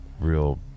real